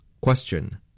Question